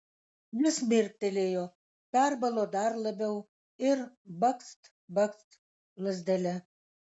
jis mirktelėjo perbalo dar labiau ir bakst bakst lazdele